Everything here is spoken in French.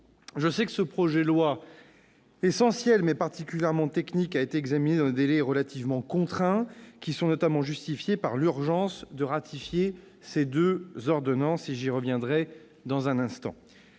Je sais que ce projet de loi, essentiel mais particulièrement technique, a été examiné dans des délais relativement contraints, qui sont notamment justifiés par l'urgence de ratifier ces deux ordonnances, j'y reviendrai dans un instant.